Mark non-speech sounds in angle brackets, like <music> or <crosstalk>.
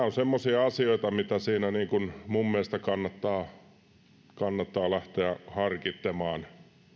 <unintelligible> ovat semmoisia asioita mitä siinä minun mielestäni kannattaa kannattaa lähteä harkitsemaan